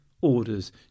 orders